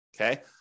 okay